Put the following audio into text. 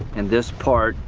and this part,